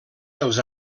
els